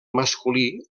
masculí